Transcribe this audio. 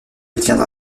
tiendra